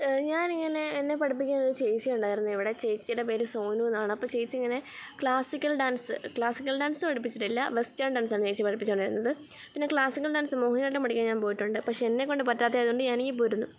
ഞാനിങ്ങനെ എന്നെ പഠിപ്പിക്കുന്ന ചേച്ചി ഉണ്ടായിരുന്നിവിടെ ചേച്ചിയുടെ പേര് സോനു എന്നാണ് അപ്പോള് ചേച്ചി ഇങ്ങനെ ക്ലാസ്സിക്കൽ ഡാൻസ് ക്ലാസ്സിക്കൽ ഡാൻസ് പഠിപ്പിച്ചിട്ടില്ല വെസ്റ്റേൺ ഡാൻസാണ് ചേച്ചി പഠിപ്പിച്ചുകൊണ്ടിരുന്നത് പിന്നെ ക്ലാസ്സിക്കൽ ഡാൻസ് മോഹിനിയാട്ടം പഠിക്കാൻ ഞാൻ പോയിട്ടുണ്ട് പക്ഷേ എന്നെക്കൊണ്ട് പറ്റാത്തതായതുകൊണ്ട് ഞാനിങ്ങു പോരുന്നു